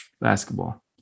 Basketball